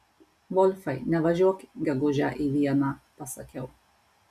volfai nevažiuok gegužę į vieną pasakiau